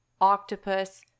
octopus